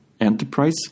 enterprise